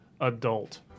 adult